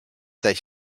that